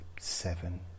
seven